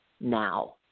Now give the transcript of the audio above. now